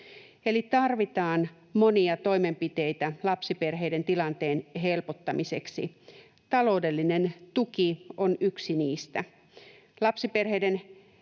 Eli tarvitaan monia toimenpiteitä lapsiperheiden tilanteen helpottamiseksi. Taloudellinen tuki on yksi niistä.